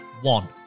one